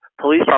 Police